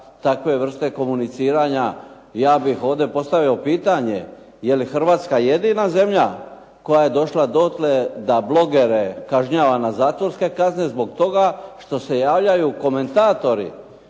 takve vrste komuniciranja. Ja bih ovdje postavio pitanje je li Hrvatska jedina zemlja koja je došla dotle da blogere kažnjava na zatvorske kazne zbog toga što se javljaju komentatori,